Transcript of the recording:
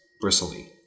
bristly